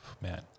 man